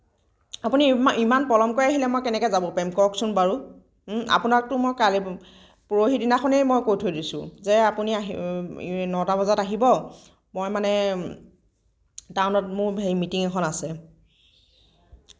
আপুনি ইমান ইমান পলমকৈ আহিলে মই কেনেকে যাব পাৰিম কওঁকচোন বাৰু আপোনাকটো মই কালি পৰহি দিনাখনেই মই কৈ থৈ দিছোঁ যে আপুনি আহি নটা বজাত আহিব মই মানে টাউনত মোৰ হেৰি মিটিং এখন আছে